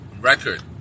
record